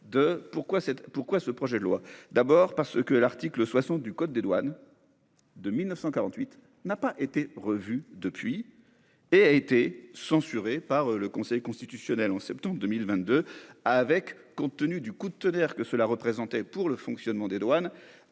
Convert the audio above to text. pourquoi ce projet de loi, d'abord parce que l'article 60 du code des douanes. De 1948 n'a pas été revu depuis et a été censurée par le Conseil constitutionnel en septembre 2022 avec compte tenu du coup de tonnerre, que cela représentait pour le fonctionnement des douanes,